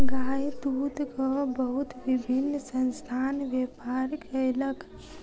गाय दूधक बहुत विभिन्न संस्थान व्यापार कयलक